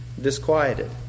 disquieted